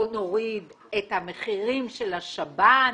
בואו נוריד את המחירים של השב"ן,